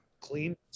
clean